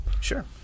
Sure